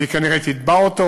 והיא כנראה תתבע אותו